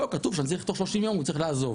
לא כתוב שאני צריך תוך 30 יום הוא צריך לעזוב.